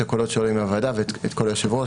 הקולות שעולים מהוועדה ואת כבוד היושב-ראש,